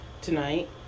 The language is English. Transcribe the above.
tonight